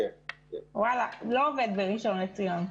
לא עובד בראשון לציון.